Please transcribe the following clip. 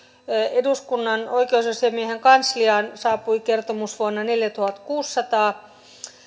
eduskunnan oikeusasiamiehen kansliaan saapui kertomusvuonna neljätuhattakuusisataa